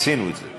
אז עשינו את זה.